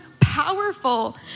powerful